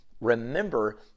remember